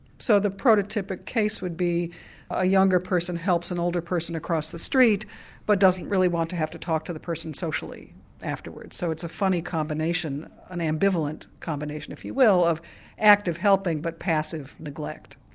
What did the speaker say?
so the prototypic case would be a younger person who helps an older person across the street but doesn't really want to have to talk to the person socially afterwards. so it's a funny combination, an ambivalent combination if you will of active helping but passive neglect.